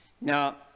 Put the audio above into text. Now